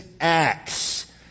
acts